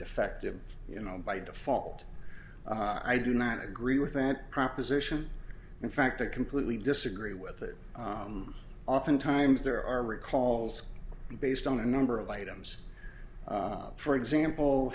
defective you know by default i do not agree with that proposition in fact i completely disagree with it often times there are recalls based on a number of items for example